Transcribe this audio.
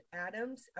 Adams